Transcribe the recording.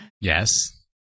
Yes